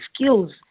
skills